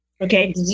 Okay